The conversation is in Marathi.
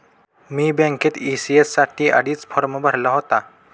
मी बँकेत ई.सी.एस साठी आधीच फॉर्म भरला होता